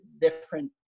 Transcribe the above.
different